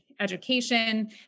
education